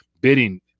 bidding